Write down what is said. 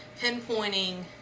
pinpointing